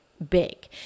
big